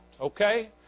Okay